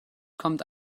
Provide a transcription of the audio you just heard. kommt